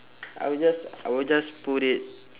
I will just I will just put it